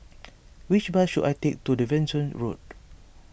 which bus should I take to Devonshire Road